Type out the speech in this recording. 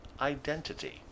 Identity